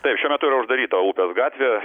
taip šiuo metu yra uždaryta upės gatvė